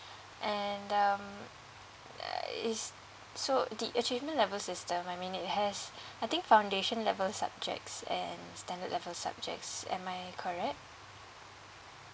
and um err is so the achievement level system I mean it has I think foundation level subjects and standard level subjects am I correct